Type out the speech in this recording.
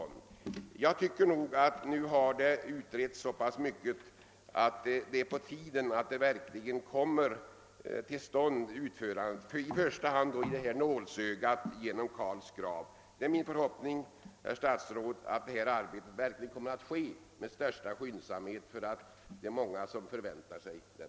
Nu har frågan utretts så mycket att jag tycker det är på tiden att kanalarbetena kommer till utförande, i första hand då i det nålsöga jag har nämnt, alltså genom Karls grav. Det är min förhoppning, herr statsråd, att det arbetet verkligen igångsättes med största skyndsamhet. Det är många människor som förväntar sig det.